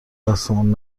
دستمون